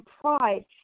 pride